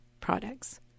products